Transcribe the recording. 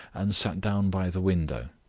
and sat down by the window.